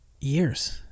years